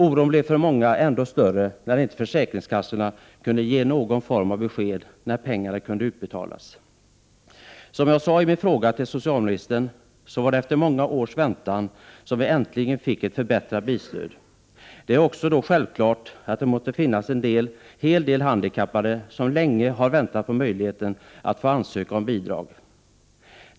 Oron blev för många ännu större när försäkringskassorna inte kunde ge någon form av besked om när pengarna kunde utbetalas. Som jag framhöll i min fråga till socialministern var det efter många års väntan som vi äntligen fick ett förbättrat bilstöd. Det är då också självklart att det måste finnas en hel del handikappade som länge har väntat på möjlighet att få ansöka om bidrag.